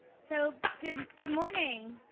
so good good morning.